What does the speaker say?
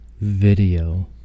video